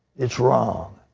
it's wrong.